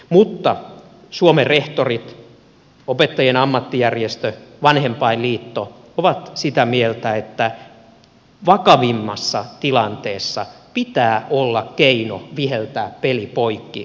mutta suomen rehtorit opettajien ammattijärjestö vanhempainliitto ovat sitä mieltä että vakavimmassa tilanteessa pitää olla keino viheltää peli poikki nopeasti